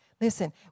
Listen